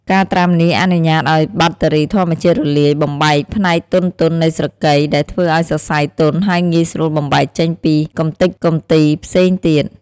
ការត្រាំនេះអនុញ្ញាតឱ្យបាក់តេរីធម្មជាតិរលាយបំបែកផ្នែកទន់ៗនៃស្រកី ដែលធ្វើឱ្យសរសៃទន់ហើយងាយស្រួលបំបែកចេញពីកម្ទេចកម្ទីផ្សេងទៀត។